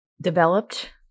developed